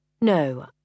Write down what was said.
No